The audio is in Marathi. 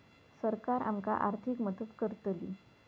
सरकार आमका आर्थिक मदत करतली?